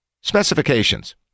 Specifications